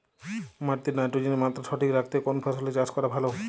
মাটিতে নাইট্রোজেনের মাত্রা সঠিক রাখতে কোন ফসলের চাষ করা ভালো?